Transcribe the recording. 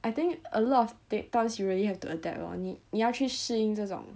I think a lot of the times you really have to adapt lor 你你要去适应这种